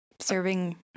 Serving